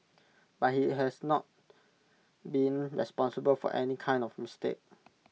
but he has not been responsible for any kind of mistake